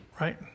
right